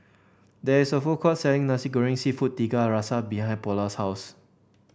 there is a food court selling Nasi Goreng seafood Tiga Rasa behind Paola's house